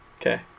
Okay